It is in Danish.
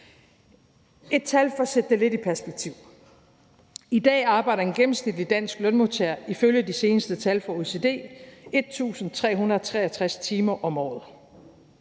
Et tal for at sætte det lidt perspektiv: I dag arbejder en gennemsnitlig dansk lønmodtager ifølge de seneste tal fra OECD 1.363 timer om året.